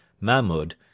Mahmud